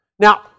Now